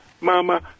mama